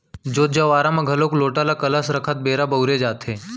जोत जँवारा म घलोक लोटा ल कलस रखत बेरा बउरे जाथे